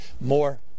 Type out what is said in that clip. More